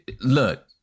Look